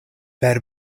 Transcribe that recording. per